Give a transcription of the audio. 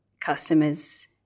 customers